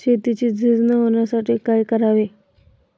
शेतीची झीज न होण्यासाठी काय करावे?